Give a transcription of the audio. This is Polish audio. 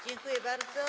Dziękuję bardzo.